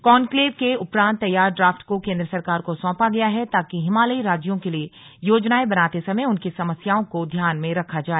conclave के उपरान्त तैयार ड्राफ्ट को केंद्र सरकार को सौंपा गया है ताकि हिमालयी राज्यों के लिए योजनाएं बनाते समय उनकी समस्याओं को ध्यान में रखा जाए